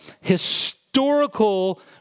historical